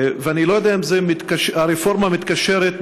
אני לא יודע אם הרפורמה מתקשרת,